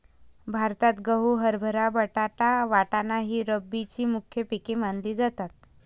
भारतात गहू, हरभरा, बटाटा, वाटाणा ही रब्बीची मुख्य पिके मानली जातात